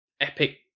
epic